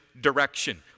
direction